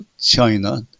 China